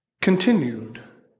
continued